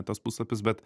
tuos puslapius bet